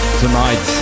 tonight